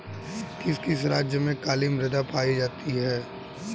किस किस राज्य में काली मृदा पाई जाती है?